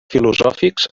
filosòfics